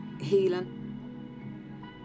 healing